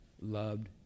loved